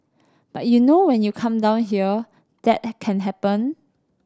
but you know when you come down here that can happen